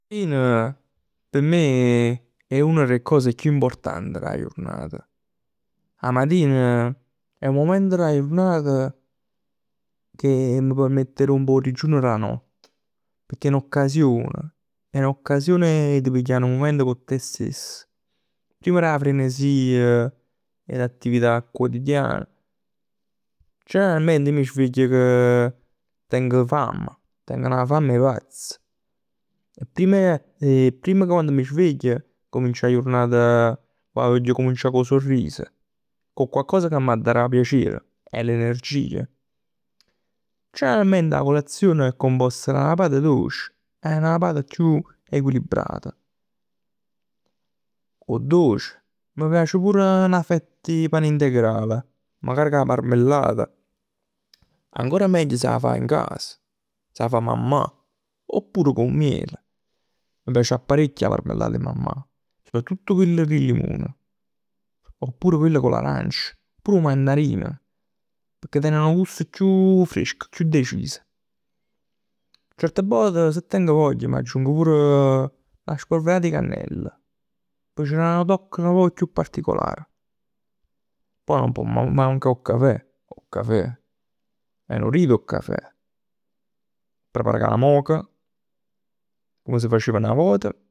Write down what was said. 'A matin p' me è una d' 'e cos chiù important d' 'a jurnat. 'A matin è 'o mument d' 'a jurnat che m' permett 'e romp 'o digiun d' 'a nott. Pecchè è n'occasion, è n'occasion 'e t' piglià nu mument addò te stess. Prim d' 'a frenesij 'e l'attività quotidian generalment ij mi svegl che teng famm. Teng 'na famm 'e pazz. E primm che, primm che quann m' svegl, cumenc 'a jurnat, 'a voglio cumincià cu 'o sorris. Cu coccos che m'adda rà piacere, è l'energia. Generalment 'a colazione è composta da 'nu lat doce e da nu lat chiù equilibrata. 'O doce? M' piace pur 'na fett 'e pane integral, magari cu 'a marmellata. Ancora meglio si 'a fai in casa, si 'a fa mammà. Oppure cu 'o miele, mi piace parecchio 'a marmellata 'e mammà. Soprattutto chill 'e limun. Oppure chill d'aranc, oppur 'o mandarin. Pecchè ten nu gust chiù frec, chiù decis. Certe vot si tengo voglia m'aggiungo pur 'na spolverata 'e cannella. P' c' rà nu tocc nu poc chiù particolar. Poi nun pò maje mancà 'o cafè. 'O cafè? È nu rit 'o cafè. Prepari 'a Moka comm s' facev 'na vot